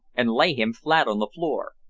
and lay him flat on the floor,